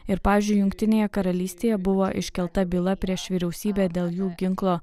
ir pavyzdžiui jungtinėje karalystėje buvo iškelta byla prieš vyriausybę dėl jų ginklo